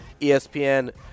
ESPN